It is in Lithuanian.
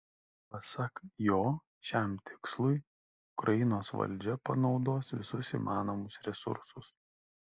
pasak jo šiam tikslui ukrainos valdžia panaudos visus įmanomus resursus